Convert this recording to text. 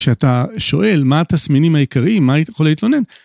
כשאתה שואל מה התסמינים העיקריים, מה יכול להתלונן.